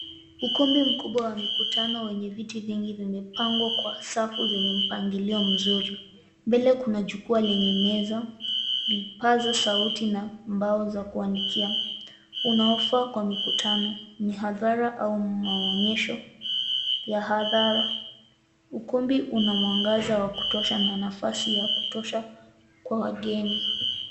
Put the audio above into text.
Ukumbi mkubwa wa mikutano wenye viti vingi vimepangwa kwa safu zenye mpangilio mzuri. Mbele kuna jukwaa lenye meza, vipaza sauti na mbao za kuandikia, unaofaa kwa mikutano, mihadhara au maonyesho ya hadhara. Ukumbi una mwangaza wa kutosha na nafasi ya kutosha kwa wageni.